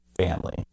family